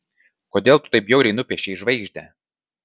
kodėl tu taip bjauriai nupiešei žvaigždę